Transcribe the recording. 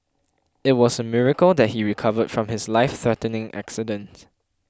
it was a miracle that he recovered from his lifethreatening accident